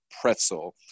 pretzel